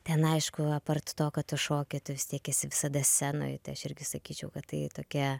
ten aišku apart to ką tu šoki tu vis tiek esi visada scenoj tai aš irgi sakyčiau kad tai tokia